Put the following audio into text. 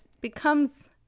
becomes